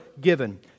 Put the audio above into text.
given